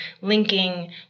linking